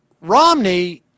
Romney